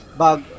bag